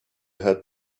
had